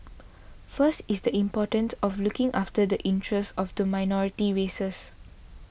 first is the important of looking after the interest of the minority races